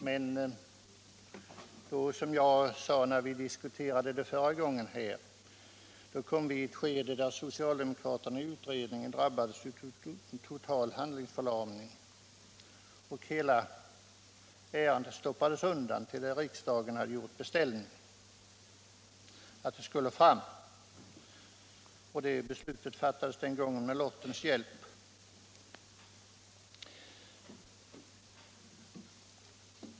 Men som jag sade när vi diskuterade den här frågan i kammaren förra gången kom socialdemokraterna i utredningen att drabbas av total handlingsförlamning. Hela ärendet stoppades undan till dess att riksdagen begärde hos regeringen att utredningsarbetet skulle fortsätta. Det beslutet fattades med lottens hjälp.